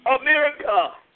America